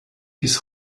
his